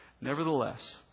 nevertheless